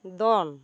ᱫᱚᱱ